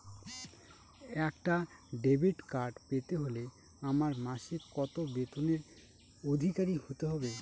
একটা debit card পেতে হলে আমার মাসিক কত বেতনের অধিকারি হতে হবে?